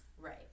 Right